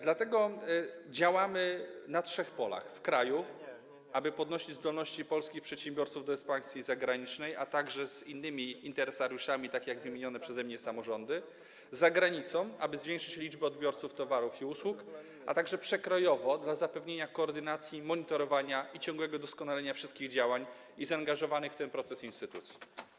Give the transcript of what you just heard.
Dlatego działamy na trzech polach: w kraju, aby podnosić zdolności polskich przedsiębiorców do ekspansji zagranicznej, także z innymi interesariuszami, takimi jak wymienione przeze mnie samorządy, za granicą, aby zwiększyć liczbę odbiorców towarów i usług, a także przekrojowo, dla zapewnienia koordynacji, monitorowania i ciągłego doskonalenia wszystkich działań i zaangażowanych w ten proces instytucji.